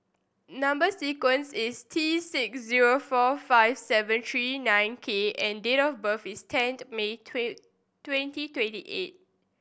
number sequence is T six zero four five seven three nine K and date of birth is tenth May twenty twenty eight